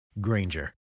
Granger